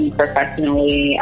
professionally